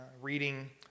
reading